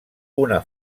una